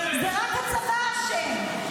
זה רק הצבא אשם.